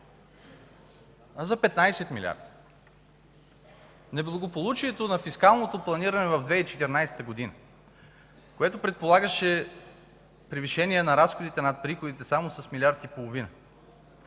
а за 15 милиарда. Неблагополучието на фискалното планиране в 2014 г., което предполагаше превишение на разходите над приходите само с милиард и половина,